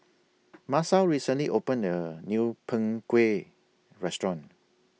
Masao recently opened A New Png Kueh Restaurant